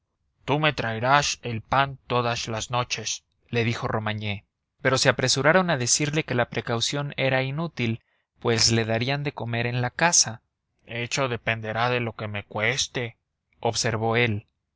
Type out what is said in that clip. tú me traerás el pan todas las noches le dijo romagné pero se apresuraron a decirle que la precaución era inútil pues le darían de comer en la casa eso dependerá de lo que me cueste observó él